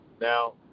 Now